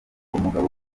umugabo